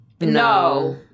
No